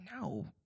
No